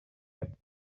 kept